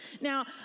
Now